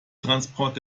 transport